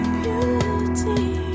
Beauty